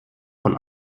vom